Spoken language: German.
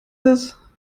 das